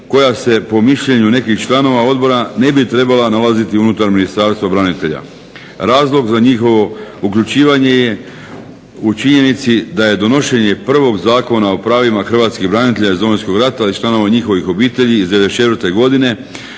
koja se po mišljenju nekih članova odbora ne bi trebala nalaziti unutar Ministarstva branitelja. Razlog za njihovo uključivanje je u činjenici da je donošenje prvog Zakona o pravima hrvatskih branitelja iz Domovinskog rata i članova njihovih obitelji iz '94.godine,